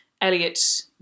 Elliot